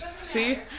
See